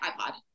iPod